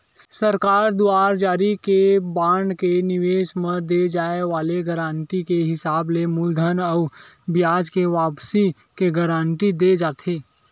सरकार दुवार जारी करे के बांड के निवेस म दे जाय वाले गारंटी के हिसाब ले मूलधन अउ बियाज के वापसी के गांरटी देय जाथे